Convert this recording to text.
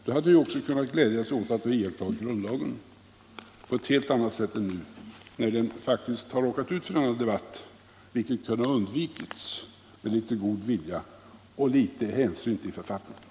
Då hade den ju också kunnat glädja sig åt att ha iakttagit grundlagen på ett helt annat sätt än nu, när den faktiskt har råkat ut för denna debatt, vilket kunde ha undvikits med litet god vilja och litet hänsyn till författningen.